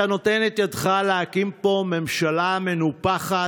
אתה נותן את ידך להקים פה ממשלה מנופחת